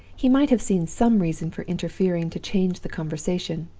he might have seen some reason for interfering to change the conversation,